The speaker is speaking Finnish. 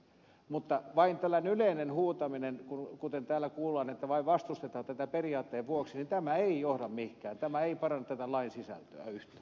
mutta vain tällainen yleinen huutaminen kuten täällä kuullaan että vastustetaan tätä vain periaatteen vuoksi ei johda mihinkään ei paranna lain sisältöä yhtään